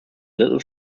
little